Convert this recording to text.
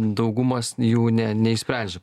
daugumas jų ne neišsprendžia